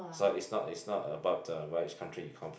so it's not it's not about uh which country you come from